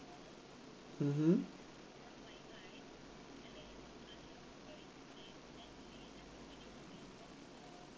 mmhmm